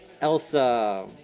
Elsa